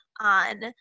on